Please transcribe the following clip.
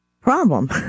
problem